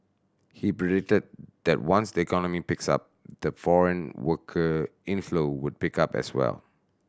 he predicted that once the economy picks up the foreign worker inflow would pick up as well